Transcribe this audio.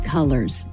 Colors